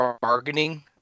bargaining